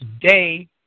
today